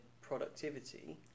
productivity